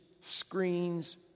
screens